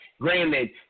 granted